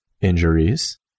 injuries